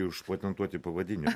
užpatentuoti pavadinimą